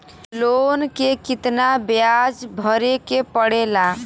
Loan के कितना ब्याज भरे के पड़े ला?